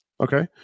okay